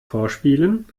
vorspielen